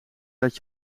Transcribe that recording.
dat